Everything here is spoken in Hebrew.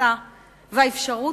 ההכנסה והאפשרות,